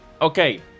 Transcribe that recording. Okay